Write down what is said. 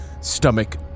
stomach